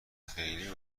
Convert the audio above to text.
خیلی